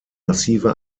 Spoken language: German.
massive